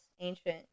ancient